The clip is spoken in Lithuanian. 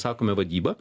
sakome vadyba